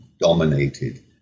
dominated